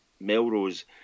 Melrose